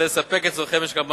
וכדי לספק את צורכי משק המים,